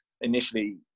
initially